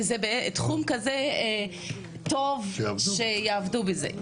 שזה תחום כזה טוב שיעבדו בזה.